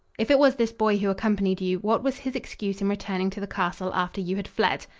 if it was this boy who accompanied you, what was his excuse in returning to the castle after you had fled?